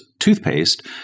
toothpaste